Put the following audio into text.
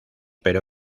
pero